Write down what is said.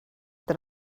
that